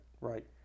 Right